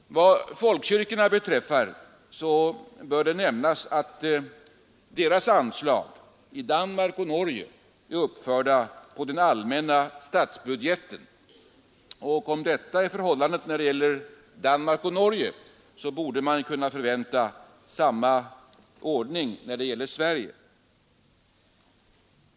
Vad folkkyrkorna beträffar bör det nämnas att deras anslag i Danmark och Norge är uppförda på den allmänna statsbudgeten, och när detta är förhållandet i Danmark och Norge borde man kunna förvänta samma ordning här i Sverige.